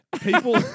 people